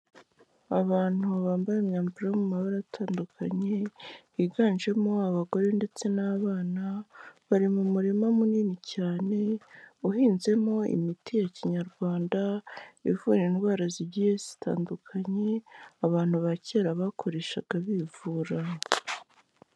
Abantu bambaye imyambaro mu mabara atandukanye, higanjemo abagore ndetse n'abana, bari mu murima munini cyane uhinzemo imiti ya kinyarwanda ivura indwara zigiye zitandukanye, abantu ba kera bakoreshaga bivura.